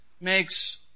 makes